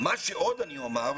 מה שעוד אני אומר,